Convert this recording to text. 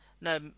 no